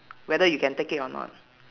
whether you can take it or not